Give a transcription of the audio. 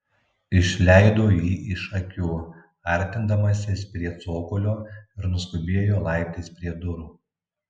išleido jį iš akių artindamasis prie cokolio ir nuskubėjo laiptais prie durų